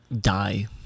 die